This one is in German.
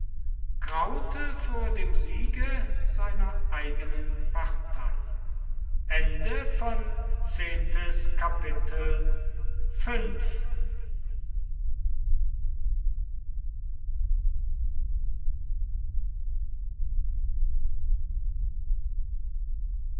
graute vor dem siege seiner eigenen partei